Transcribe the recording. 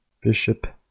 Bishop